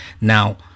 Now